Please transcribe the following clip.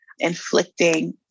inflicting